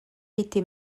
été